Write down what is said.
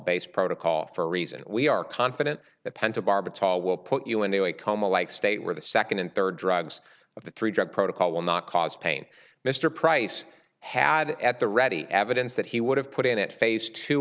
based protocol for reason we are confident that pentobarbital will put you in a coma like state where the second and third drugs of the three drug protocol will not cause pain mr price had at the ready evidence that he would have put in at phase t